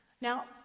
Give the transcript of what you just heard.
Now